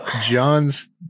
John's